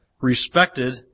respected